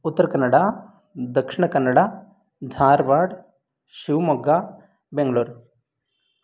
Uttara Kannada Dakshina Kannada Dharwad Shivamogga Bangalore